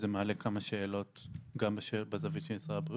זה מעלה כמה שאלות גם בזווית של משרד הבריאות,